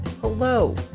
hello